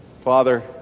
Father